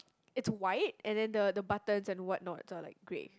it's a white and then the the butters and white not like a grey